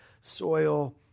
soil